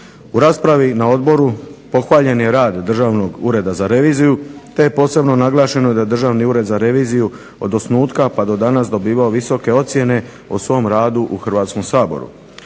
U raspravi na odboru pohvaljen je rad Državnog ureda za reviziju te je posebno naglašeno da Državni ured za reviziju od osnutka pa do danas dobivao visoke ocjene o svom radu u Hrvatskom saboru.